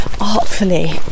artfully